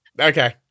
Okay